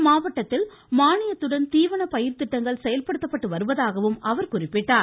இம்மாவட்டத்தில் மானியத்துடன் தீவன பயிர் திட்டங்கள் செயல்படுத்தப்பட்டு வருவதாகவும் அவர் குறிப்பிட்டார்